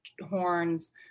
horns